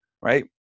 right